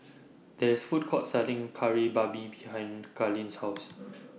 There IS A Food Court Selling Kari Babi behind Kailyn's House